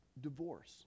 divorce